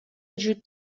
وجود